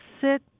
sit